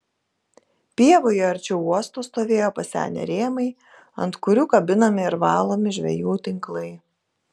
pievoje arčiau uosto stovėjo pasenę rėmai ant kurių kabinami ir valomi žvejų tinklai